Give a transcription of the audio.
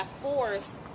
force